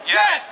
yes